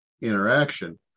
interaction